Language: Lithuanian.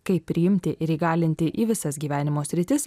kaip priimti ir įgalinti į visas gyvenimo sritis